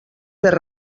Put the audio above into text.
per